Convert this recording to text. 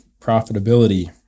profitability